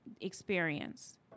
experience